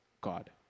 God